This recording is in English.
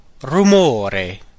Rumore